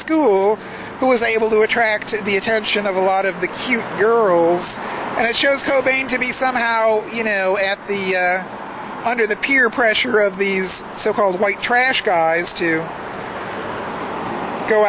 school who was able to attract the attention of a lot of the cute girls and it shows cobain to be somehow you know at the under the peer pressure of these so called white trash guys to go